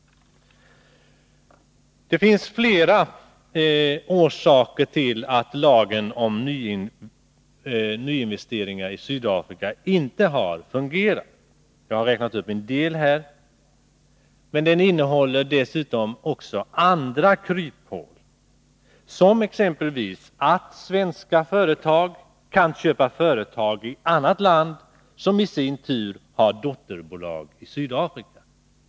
Det finns flera orsaker till att lagen om förbud mot nyinvesteringar i Sydafrika inte har fungerat. Jag har räknat upp en del här, men det finns dessutom kryphål. Exempelvis kan svenska företag köpa företag i annat land som i sin tur har dotterbolag i Sydafrika.